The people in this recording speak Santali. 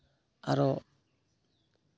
ᱟᱨᱚ